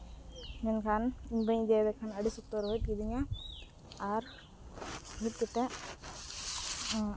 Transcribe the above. ᱢᱮᱱ ᱠᱷᱟᱱ ᱵᱟᱹᱧ ᱤᱫᱤᱭᱟᱫᱮ ᱠᱷᱟᱱ ᱟᱹᱰᱤ ᱥᱚᱠᱛᱚᱭ ᱨᱳᱦᱮᱫ ᱠᱤᱫᱤᱧᱟ ᱟᱨ ᱨᱳᱦᱮᱫ ᱠᱟᱛᱮᱫ